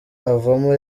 avamo